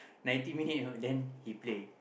nineteen minute then he play